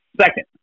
second